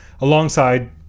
alongside